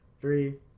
Three